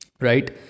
right